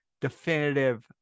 definitive